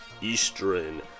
Eastern